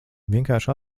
vienkārši